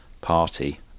party